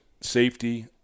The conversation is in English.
safety